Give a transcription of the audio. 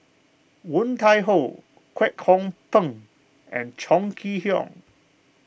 Woon Tai Ho Kwek Hong Png and Chong Kee Hiong